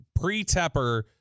pre-Tepper